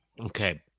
Okay